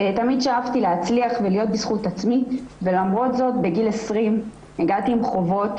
שאפתי להצליח ולהיות בזכות עצמי ולמרות זאת בגיל 20 הגעתי עם חובות,